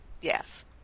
Yes